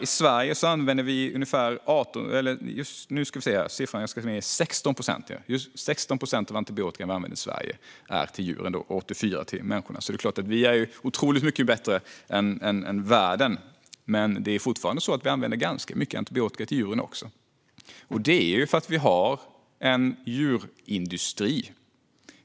I Sverige använder vi 16 procent av antibiotikan till djuren och 84 procent till människorna, så vi är ju otroligt mycket bättre än övriga världen. Men vi använder ändå ganska mycket antibiotika till djuren, och det är därför att vi har en djurindustri.